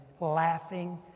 laughing